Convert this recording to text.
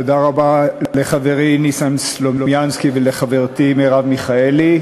תודה רבה לחברי ניסן סלומינסקי ולחברתי מרב מיכאלי.